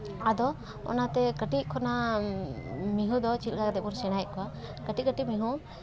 ᱟᱫᱚ ᱚᱱᱟᱛᱮ ᱠᱟᱹᱴᱤᱡ ᱠᱷᱚᱱᱟᱜ ᱢᱤᱦᱩ ᱫᱚ ᱪᱮᱫ ᱞᱮᱠᱟ ᱠᱟᱛᱮ ᱵᱚᱱ ᱥᱮᱬᱟᱭᱮᱜ ᱠᱚᱣᱟ ᱠᱟᱹᱴᱤᱡ ᱠᱟᱹᱴᱤᱡ ᱢᱤᱦᱩ